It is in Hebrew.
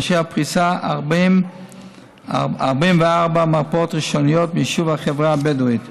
ובפריסה 44 מרפאות ראשוניות ביישובי החברה הבדואית.